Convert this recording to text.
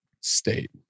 state